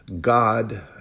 God